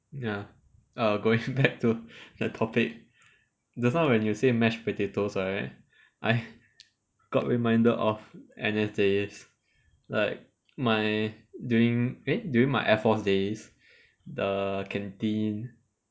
ya uh going back to the topic just now when you say mashed potatoes right I got reminded of N_S days like my during eh during my air force days the canteen